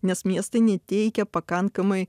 nes miestai neteikia pakankamai